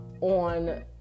on